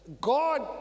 God